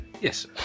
Yes